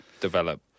develop